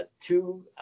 two